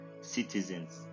citizens